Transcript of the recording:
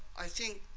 i think